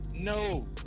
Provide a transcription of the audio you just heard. No